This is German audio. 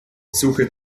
suche